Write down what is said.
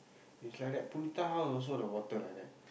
is like that Punitha house also the water like that